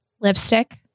lipstick